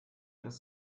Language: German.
ist